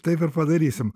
taip ir padarysim